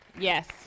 yes